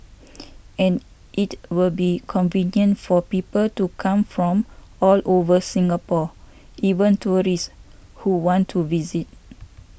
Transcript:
and it will be convenient for people to come from all over Singapore even tourists who want to visit